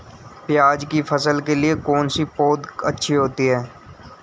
प्याज़ की फसल के लिए कौनसी पौद अच्छी होती है?